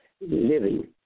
living